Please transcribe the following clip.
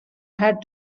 had